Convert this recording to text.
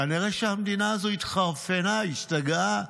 כנראה שהמדינה הזאת התחרפנה, השתגעה,